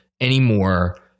anymore